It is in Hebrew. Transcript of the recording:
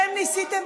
אתם ניסיתם,